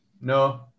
No